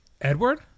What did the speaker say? Edward